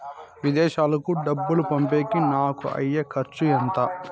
విదేశాలకు డబ్బులు పంపేకి నాకు అయ్యే ఖర్చు ఎంత?